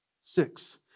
Six